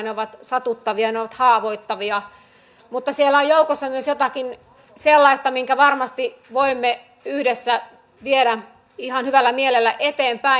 ne ovat satuttavia ne ovat haavoittavia mutta siellä on joukossa myös jotakin sellaista minkä varmasti voimme yhdessä viedä ihan hyvällä mielellä eteenpäin